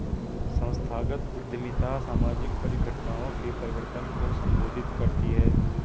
संस्थागत उद्यमिता सामाजिक परिघटनाओं के परिवर्तन को संबोधित करती है